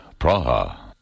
Praha